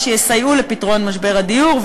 שיסייעו בפתרון משבר הדיור,